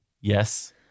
Yes